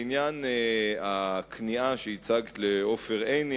בעניין הכניעה לעופר עיני,